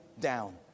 down